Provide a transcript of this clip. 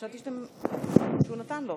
חשבתי שהוא נתן לו.